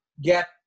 get